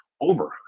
over